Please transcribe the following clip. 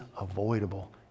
avoidable